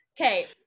Okay